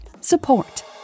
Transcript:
support